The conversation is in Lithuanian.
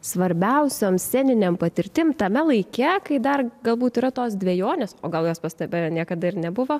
svarbiausiom sceninėm patirtim tame laike kai dar galbūt yra tos dvejonės o gal jos pas tave niekada ir nebuvo